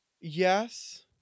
Yes